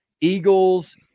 Eagles